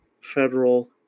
federal